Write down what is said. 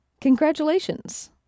Congratulations